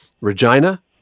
Regina